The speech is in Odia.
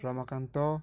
ରମାକାନ୍ତ